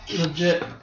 legit